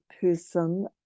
person